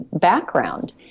background